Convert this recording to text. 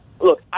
Look